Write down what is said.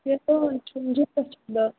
کیٚنٛہہ تانۍ چھُم جِگرَس چھَم دَگ